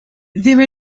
there